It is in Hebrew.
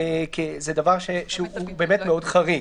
כי זה דבר שהוא באמת מאוד חריג.